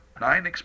Nine